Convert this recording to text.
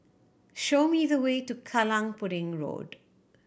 show me the way to Kallang Pudding Road